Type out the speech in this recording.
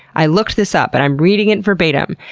i looked this up, and am reading it verbatim.